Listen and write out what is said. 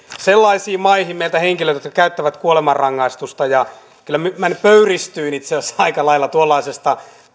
sellaisiin maihin jotka käyttävät kuolemanrangaistusta kyllä minä pöyristyin itse asiassa aika lailla tuollaisesta